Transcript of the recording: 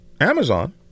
Amazon